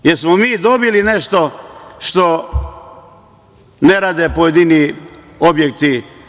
Da li smo mi dobili nešto što ne rade pojedini objekti?